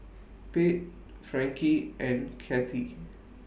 Pate Frankie and Kathy